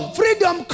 freedom